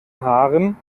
haaren